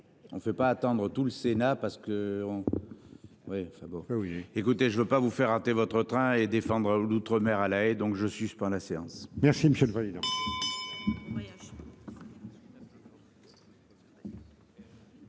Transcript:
On ne peut pas attendre tout le Sénat parce que on. Oui enfin bon oui. Écoutez, je ne veux pas vous faire rater votre train et défendra ou d'outre-mer à La Haye. Donc je suspends la séance. Merci monsieur